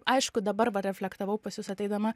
aišku dabar va reflektavau pas jus ateidama